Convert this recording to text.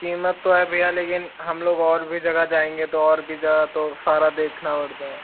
कीमत तो है भैया लेकिन हम लोग और भी जगह जायेंगे तो और भी जगह तो सारा देखना पड़ता है